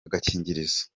agakingirizo